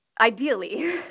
ideally